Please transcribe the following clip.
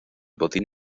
botín